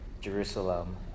Jerusalem